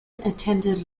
attended